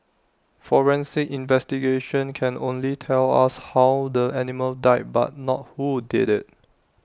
forensic investigations can only tell us how the animal died but not who did IT